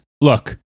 look